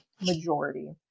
majority